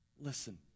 Listen